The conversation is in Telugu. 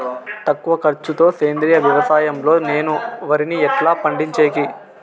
తక్కువ ఖర్చు తో సేంద్రియ వ్యవసాయం లో నేను వరిని ఎట్లా పండించేకి?